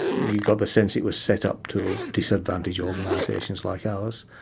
you got the sense it was set up to disadvantage organisations like ours.